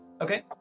Okay